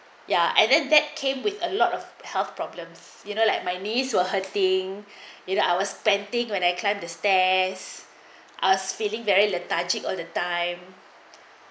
ya and then that came with a lot of health problems you know like my niece were hurting our spending when I climb the stairs us feeling very lethargic all the time